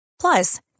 Plus